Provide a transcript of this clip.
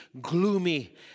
gloomy